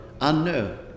unknown